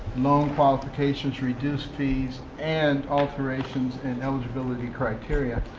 loan qualifications, reduced fees, and alterations in eligibility criteria.